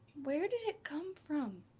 where did it come from?